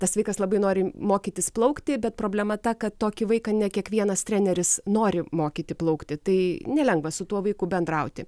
tas vaikas labai nori mokytis plaukti bet problema ta kad tokį vaiką ne kiekvienas treneris nori mokyti plaukti tai nelengva su tuo vaiku bendrauti